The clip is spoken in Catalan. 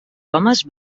homes